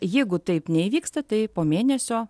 jeigu taip neįvyksta tai po mėnesio